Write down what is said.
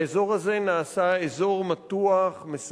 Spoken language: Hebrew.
האזור הזה נעשה אזור מתוח, מסוכן.